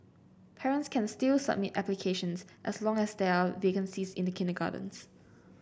parents can still submit applications as long as there are vacancies in the kindergartens